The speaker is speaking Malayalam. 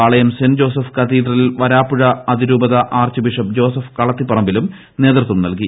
പാളയം സെന്റ് ജോസഫ് കത്തീഡ്രലിൽ വരാപ്പുഴ അതിരൂപത ആർച്ച് ബിഷപ്പ് ജോസഫ് കളത്തിപ്പറമ്പിലും നേതൃത്വം നൽകി